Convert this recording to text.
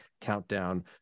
countdown